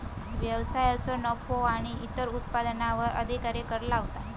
व्यवसायांतलो नफो आणि इतर उत्पन्नावर अधिकारी कर लावतात